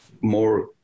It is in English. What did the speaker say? more